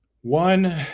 one